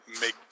make